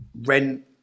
rent